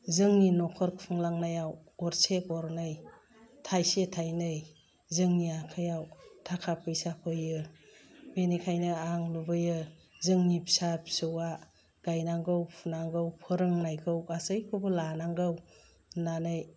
जोंनि नखर खुंलांनायाव गरसे गरनै थाइसे थाइनै जोंनि आखायाव थाफा फैसा फैयो बेनिखायनो आं लुबैयो जोंनि फिसा फिसौआ गाइनांगौ फुनांगौ फोरोंनायखौ गासैखौबो लानांगौ होन्नानै